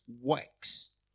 works